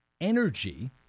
energy